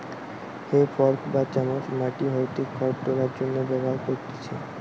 হে fork বা চামচ মাটি হইতে খড় তোলার জন্য ব্যবহার করতিছে